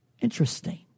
Interesting